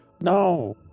No